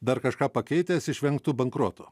dar kažką pakeitęs išvengtų bankroto